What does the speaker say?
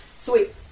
Sweet